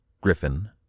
Griffin